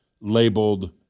labeled